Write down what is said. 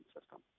system